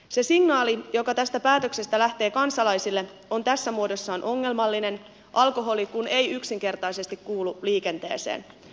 se signaali joka tästä päätöksestä lähtee kansalaisille on tässä muodossaan ongelmallinen alkoholi kun ei yksinkertaisesti kuulu liikenteeseen